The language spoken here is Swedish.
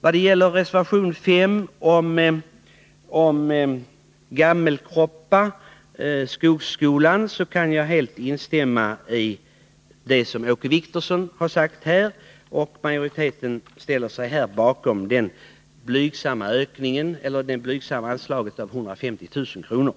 Vad gäller reservation 5 om Gammelkroppa skogsskola kan jag helt instämma i det som Åke Wictorsson sade i sitt anförande. Utskottsmajoriteten ställer sig bakom det blygsamma anslaget på 150 000 kr.